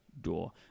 door